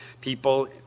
people